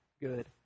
good